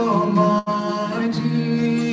Almighty